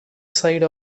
side